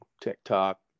TikTok